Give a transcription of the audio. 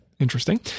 interesting